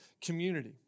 community